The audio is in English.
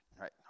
right